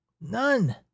None